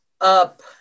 up